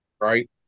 right